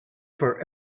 for